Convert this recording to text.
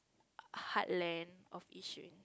heartland of Yishun